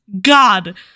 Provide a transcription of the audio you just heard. God